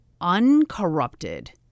uncorrupted